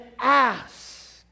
ask